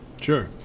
sure